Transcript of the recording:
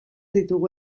ditugu